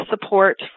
support